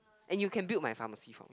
and you can build my pharmacy hor